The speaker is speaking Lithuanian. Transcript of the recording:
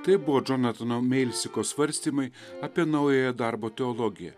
tai buvo džonatano meilsiko svarstymai apie naująją darbo teologiją